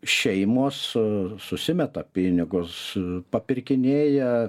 šeimos susimeta pinigus papirkinėja